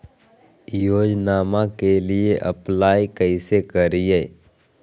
योजनामा के लिए अप्लाई कैसे करिए?